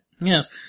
Yes